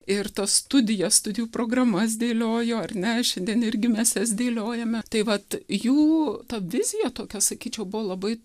ir tos studijas studijų programas dėliojo ar ne šiandien irgi mes jas dėliojame tai vat jų ta vizija tokia sakyčiau buvo labai